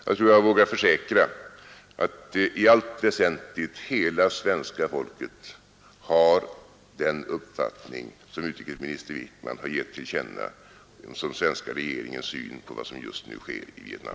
Jag tror jag vågar försäkra att hela svenska folket i allt väsentligt har den uppfattning som utrikesminister Wickman här har givit till känna som svenska regeringens syn på vad som just nu sker i Vietnam.